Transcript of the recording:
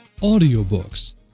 audiobooks